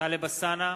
טלב אלסאנע,